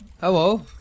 Hello